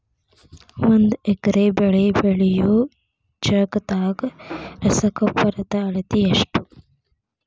ಒಂದ್ ಎಕರೆ ಬೆಳೆ ಬೆಳಿಯೋ ಜಗದಾಗ ರಸಗೊಬ್ಬರದ ಅಳತಿ ಎಷ್ಟು?